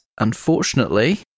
unfortunately